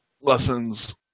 lessons